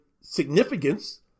significance